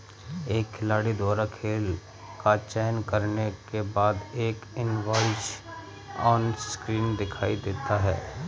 एक खिलाड़ी द्वारा खेल का चयन करने के बाद, एक इनवॉइस ऑनस्क्रीन दिखाई देता है